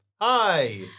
Hi